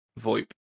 VoIP